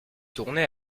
tournez